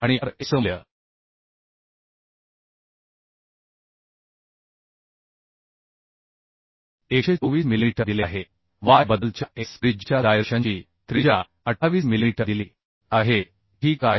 आणि r x मूल्य 124 millimetre दिले आहे y बद्दलच्या x त्रिज्येच्या जाइरेशनची त्रिज्या 28 मिलिमीटर आहे ठीक आहे